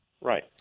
right